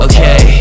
Okay